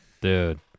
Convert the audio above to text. Dude